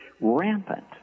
rampant